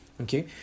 Okay